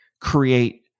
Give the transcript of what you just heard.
create